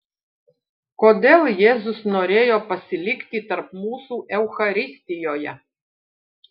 kodėl jėzus norėjo pasilikti tarp mūsų eucharistijoje